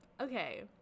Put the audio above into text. Okay